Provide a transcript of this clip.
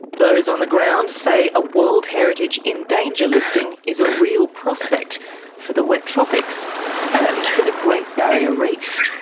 those on the ground say a world heritage in danger listing is a real prospect for the wet tropics and for the great barrier reef.